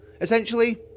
essentially